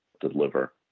deliver